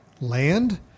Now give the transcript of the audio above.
land